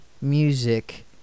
music